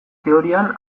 teorian